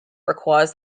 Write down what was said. requires